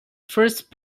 first